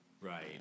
Right